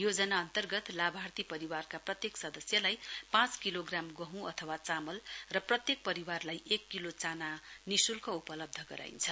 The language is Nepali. योजना अन्तर्गत लाभार्थी परिवारका प्रत्येक सदस्यलाई पाँच किलोग्राम गहूँ अथवा चामल र प्रत्येक परिवारलाई एक किलो चाना निशुल्क उपलब्ध गराईन्छ